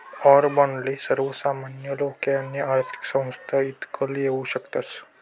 war बाॅन्डले सर्वसामान्य लोके आणि आर्थिक संस्था ईकत लेवू शकतस